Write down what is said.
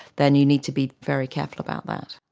then you need to be very careful about that.